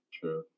True